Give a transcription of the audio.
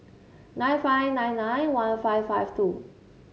nine five nine nine one five five two